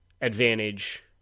advantage